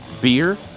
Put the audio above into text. beer